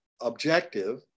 objective